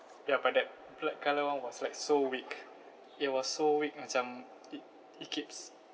ya but that black colour [one] was like so weak it was so weak macam it it keeps